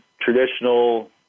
traditional